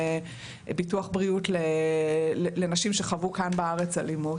ביטוח בריאות לנשים שחוו כאן בארץ אלימות.